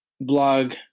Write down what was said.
blog